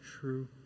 true